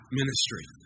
ministry